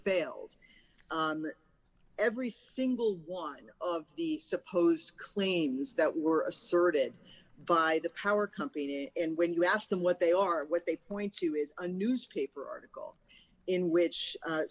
failed every single one of the supposed claims that were asserted by the power company and when you asked them what they are what they point to is a newspaper article in which